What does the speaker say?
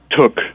took